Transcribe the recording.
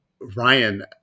ryan